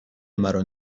مرا